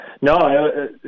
no